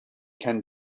can